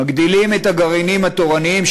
מגדילים את הגרעינים התורניים,